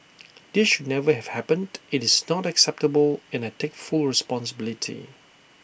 this should never have happened IT is not acceptable and I take full responsibility